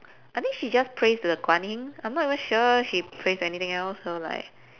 I think she just prays to the guan yin I'm not even sure she prays to anything else so like